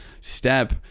step